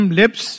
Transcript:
lips